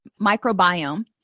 microbiome